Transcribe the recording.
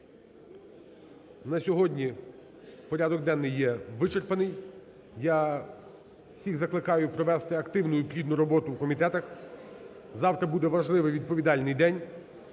на сьогодні порядок денний є вичерпаний. Я всіх закликаю провести активну і плідну роботу у комітетах, завтра буде важливий і відповідальний день.